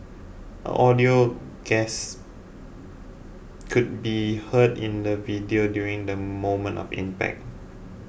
an audible gas could be heard in the video during the moment of impact